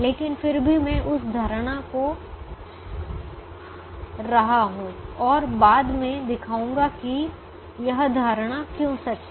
लेकिन फिर भी मैं उस धारणा को रहा हूं और बाद में दिखाऊंगा कि यह धारणा क्यों सच है